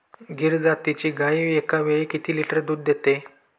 गीर जातीची गाय एकावेळी किती लिटर दूध देते?